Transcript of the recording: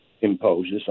imposes